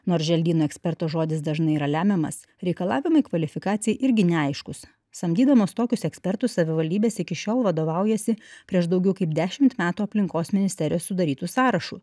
nors želdynų eksperto žodis dažnai yra lemiamas reikalavimai kvalifikacijai irgi neaiškūs samdydamas tokius ekspertus savivaldybės iki šiol vadovaujasi prieš daugiau kaip dešimt metų aplinkos ministerijos sudarytu sąrašu